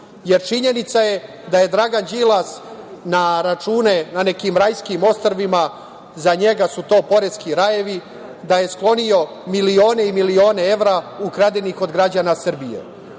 saznanje. Činjenica je da je Dragan Đilas na račune na nekim rajskim ostrvima, za njega su to poreski rajevi, sklonio milione i milione evra ukradenih od građana Srbije.